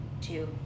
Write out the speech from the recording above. two